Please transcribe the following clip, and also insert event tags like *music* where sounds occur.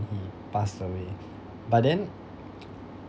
then he passed away but then *noise*